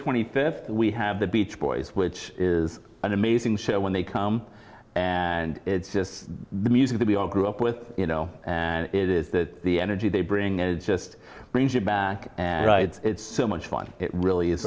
twenty fifth we have the beach boys which is an amazing show when they come and it's just music that we all grew up with you know and it is that the energy they bring it just brings it back and it's so much fun it really is